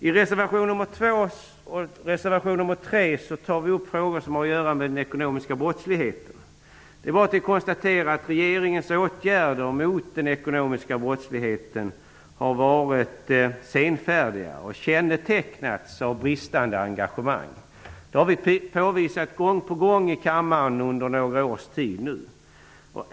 I reservationerna nr 2 och 3 tar vi upp frågor som har att göra med den ekonomiska brottsligheten. Vi kan konstatera att regeringens åtgärder mot den ekonomiska brottsligheten har varit senfärdiga och har kännetecknats av bristande engagemang. Detta har vi under några års tid gång på gång påvisat i kammaren.